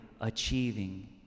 achieving